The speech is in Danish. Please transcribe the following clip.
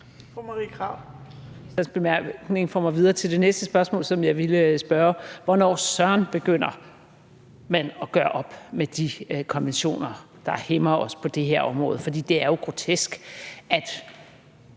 Hvornår søren begynder man at gøre op med de konventioner, der hæmmer os på det her område? For det er jo grotesk, at